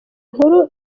inkuru